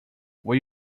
will